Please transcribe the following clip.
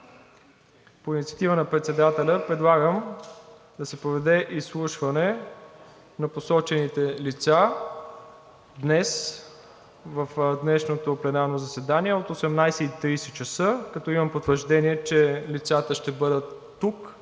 по инициатива на председателя предлагам да се проведе изслушване на посочените лица днес, в днешното пленарно заседание от 18,30 ч., като имам потвърждение, че лицата ще бъдат тук